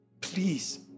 Please